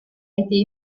été